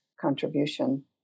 contribution